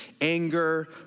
anger